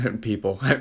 people